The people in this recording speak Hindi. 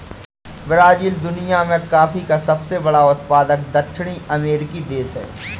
ब्राज़ील दुनिया में कॉफ़ी का सबसे बड़ा उत्पादक दक्षिणी अमेरिकी देश है